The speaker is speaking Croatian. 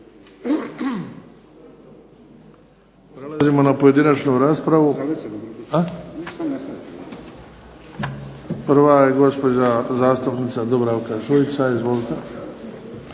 Prelazimo na pojedinačnu raspravu, prva je gospođa zastupnica Dubravka Šuica. Izvolite.